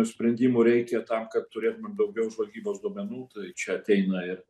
sprendimų reikia tam kad turėtumėm daugiau žvalgybos duomenų tai čia ateina ir